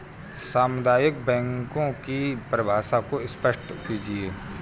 सामुदायिक बैंकों की परिभाषा को स्पष्ट कीजिए?